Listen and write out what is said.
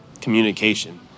communication